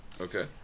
Okay